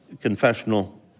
confessional